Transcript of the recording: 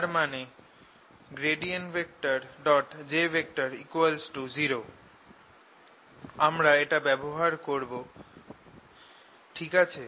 তার মানে j 0 আমরা এটা ব্যবহার করব ঠিক আছে